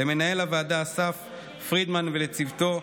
ולמנהל הוועדה אסף פרידמן וצוותו,